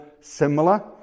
similar